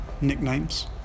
nicknames